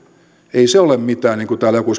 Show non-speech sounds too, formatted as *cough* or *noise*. ei se ole mitään niin kuin täällä joku *unintelligible*